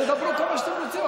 תדברו כמה שאתם רוצים,